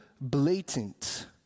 blatant